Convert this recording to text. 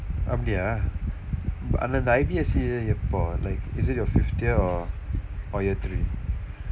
அப்படியா:appadiyaa but அந்த:andtha I_B_S_C எப்போ:eppoo like is it your fifth year or or year three